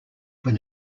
when